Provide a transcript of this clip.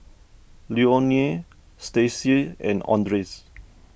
Leonore Stasia and andres